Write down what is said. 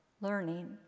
learning